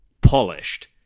polished